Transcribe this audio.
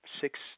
six